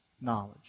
knowledge